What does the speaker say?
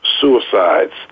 suicides